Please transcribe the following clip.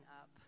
up